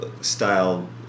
style